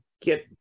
get